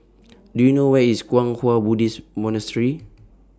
Do YOU know Where IS Kwang Hua Buddhist Monastery